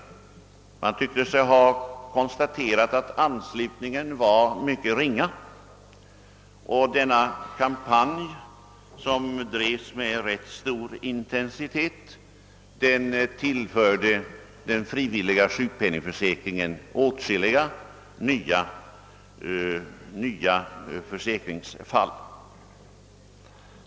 Man tyckte att anslutningen från dessa kategoriers sida var liten. Kampanjen, som drevs med rätt stor intensitet, tillförde den frivilliga sjukpenningförsäkringen åtskilliga nya försäkringstagare.